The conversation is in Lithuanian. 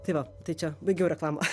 tai va tai čia baigiau reklamą